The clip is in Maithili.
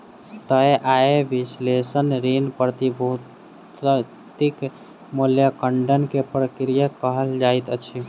तय आय विश्लेषण ऋण, प्रतिभूतिक मूल्याङकन के प्रक्रिया कहल जाइत अछि